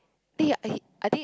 eh I I think